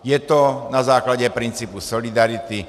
Je to na základě principu solidarity.